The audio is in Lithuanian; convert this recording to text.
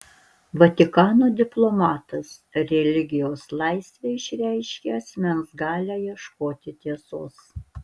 vatikano diplomatas religijos laisvė išreiškia asmens galią ieškoti tiesos